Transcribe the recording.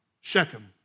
Shechem